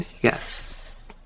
Yes